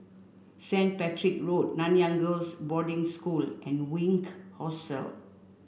Saint Patrick's Road Nanyang Girls' Boarding School and Wink Hostel